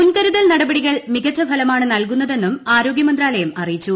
മുൻകരുതൽ നടപടികൾ മികച്ച ഫലമാണ് നൽകുന്നതെന്നും ആരോഗ്യമന്ത്രാലയം അറിയിച്ചു